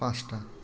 পাঁচটা